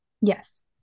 yes